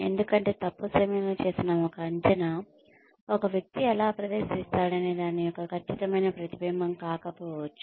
ఎందుకంటే తప్పు సమయంలో చేసిన ఒక అంచనా ఒక వ్యక్తి ఎలా ప్రదర్శించాడనే దాని యొక్క ఖచ్చితమైన ప్రతిబింబం కాకపోవచ్చు